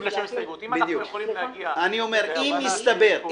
אני לא מגיש הסתייגות לשם הסתייגות.